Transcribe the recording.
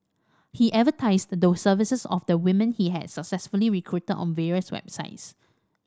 he advertised the services of the women he had successfully recruited on various websites